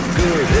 good